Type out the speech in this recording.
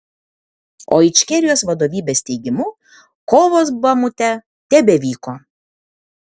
o ičkerijos vadovybės teigimu kovos bamute tebevyko